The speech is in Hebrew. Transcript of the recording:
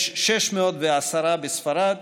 יש 610 בספרד,